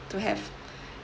to have